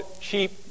cheap